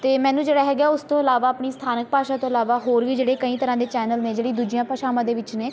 ਅਤੇ ਮੈਨੂੰ ਜਿਹੜਾ ਹੈਗਾ ਉਸ ਤੋਂ ਇਲਾਵਾ ਆਪਣੀ ਸਥਾਨਕ ਭਾਸ਼ਾ ਤੋਂ ਇਲਾਵਾ ਹੋਰ ਵੀ ਜਿਹੜੇ ਕਈ ਤਰ੍ਹਾਂ ਦੇ ਚੈਨਲ ਨੇ ਜਿਹੜੀ ਦੂਜੀਆਂ ਭਾਸ਼ਾਵਾਂ ਦੇ ਵਿੱਚ ਨੇ